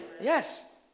Yes